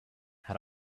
had